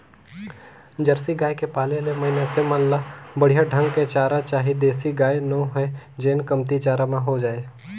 Jersey गाय के पाले ले मइनसे मन ल बड़िहा ढंग के चारा चाही देसी गाय नो हय जेन कमती चारा म हो जाय